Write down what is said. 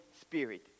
Spirit